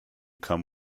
come